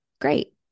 great